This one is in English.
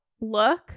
look